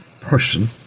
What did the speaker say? person